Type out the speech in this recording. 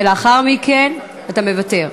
לאחר מכן, אתה מוותר.